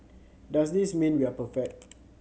does this mean we are perfect